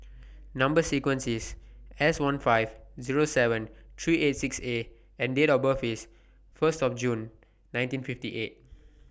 Number sequence IS S one five Zero seven three eight six A and Date of birth IS First of June nineteen fifty eight